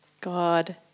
God